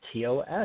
TOS